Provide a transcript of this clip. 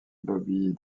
bobby